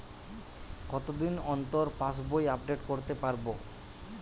কতদিন অন্তর পাশবই আপডেট করতে পারব?